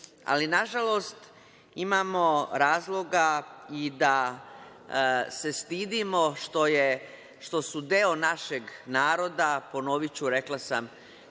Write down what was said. Ali, nažalost, imamo razloga i da se stidimo što su deo našeg naroda, ponoviću, rekla sam